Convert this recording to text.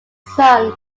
son